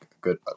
good